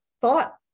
thought